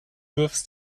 wirfst